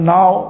now